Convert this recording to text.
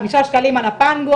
חמישה שקלים על חניה.